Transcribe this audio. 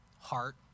heart